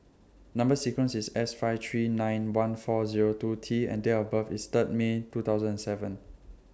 Number sequence IS S five three nine one four Zero two T and Date of birth IS Third May two thousand and seven